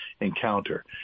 encounter